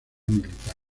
militar